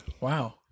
Wow